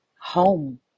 home